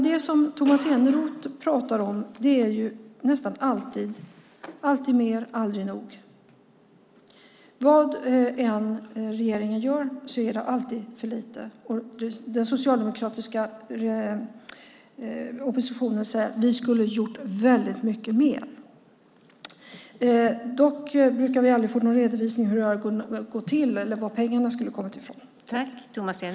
Det Tomas Eneroth nästan alltid säger är dock alltid mer, aldrig nog. Vad regeringen än gör är det för lite, och den socialdemokratiska oppositionen säger att den skulle ha gjort väldigt mycket mer. Dock brukar vi aldrig få någon redovisning för hur det skulle ha gått till eller var pengarna kommer ifrån.